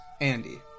Andy